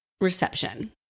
reception